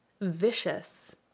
vicious